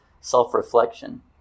self-reflection